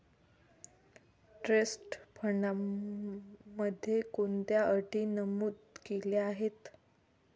Trust फंडामध्ये कोणत्या अटी नमूद केल्या आहेत?